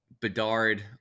Bedard